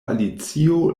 alicio